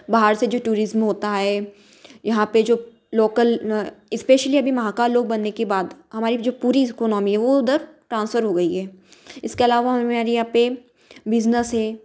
बाहर से जो टूरिज्म होता है यहाँ पर जो लोकल एस्पेशली अभी महाकाल लोक बनने के बाद हमारी जो पूरी इकोनामी है वह उधर ट्रांसफर हो गई है इसके अलावा हमें एरिया पर बिज़नेस है